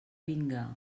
vinga